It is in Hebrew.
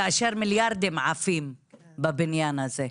כאשר מיליארדים עפים בבניין הזה.